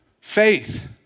Faith